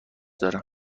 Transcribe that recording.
دارم